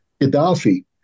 Gaddafi